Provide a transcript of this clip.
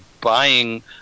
buying –